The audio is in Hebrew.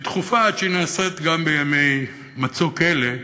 היא דחופה, עד שהיא נעשית גם בימי מצוק אלה.